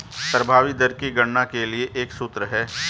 प्रभावी दर की गणना के लिए एक सूत्र है